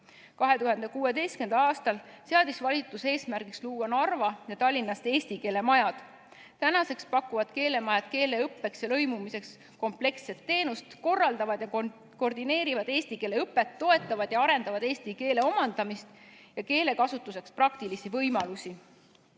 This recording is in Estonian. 2016. aastal seadis valitsus eesmärgiks luua Narvas ja Tallinnas eesti keele majad. Nüüd pakuvad keelemajad keeleõppeks ja lõimumiseks kompleksset teenust, korraldavad ja koordineerivad eesti keele õpet, toetavad ja arendavad eesti keele omandamist ja praktilisi võimalusi